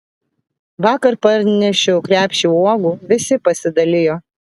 vakar parnešiau krepšį uogų visi pasidalijo